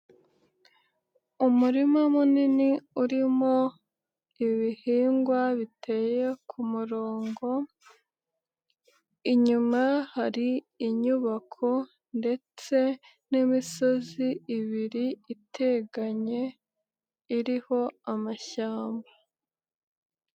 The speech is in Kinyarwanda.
Umurima munini urimo ibihingwa biteye ku murongo, inyuma hari inyubako ndetse n'imisozi ibiri iteganye iriho amashyamba.